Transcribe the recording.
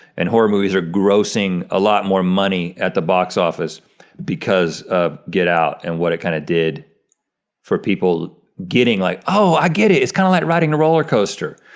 and horror movies are grossing a lot more money at the box office because of get out and what it kind of did for people getting like, oh, i get it, it's kind of like riding a roller coaster.